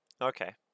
Okay